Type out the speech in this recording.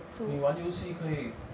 你玩游戏可以